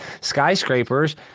skyscrapers